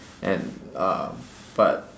and uh but